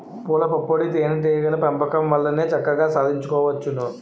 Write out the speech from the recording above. పూలపుప్పొడి తేనే టీగల పెంపకం వల్లనే చక్కగా సాధించుకోవచ్చును